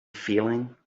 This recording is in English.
feeling